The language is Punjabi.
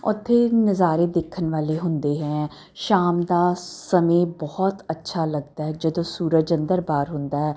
ਉੱਥੇ ਨਜ਼ਾਰੇ ਦੇਖਣ ਵਾਲੇ ਹੁੰਦੇ ਹੈ ਸ਼ਾਮ ਦਾ ਸਮੇਂ ਬਹੁਤ ਅੱਛਾ ਲੱਗਦਾ ਜਦੋਂ ਸੂਰਜ ਅੰਦਰ ਬਾਹਰ ਹੁੰਦਾ